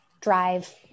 drive